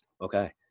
Okay